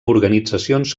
organitzacions